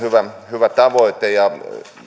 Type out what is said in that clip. hyvä tavoite